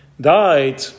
died